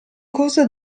cosa